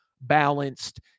balanced